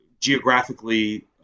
geographically